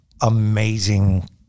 amazing